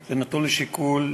זה נתון לשיקולי.